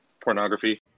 pornography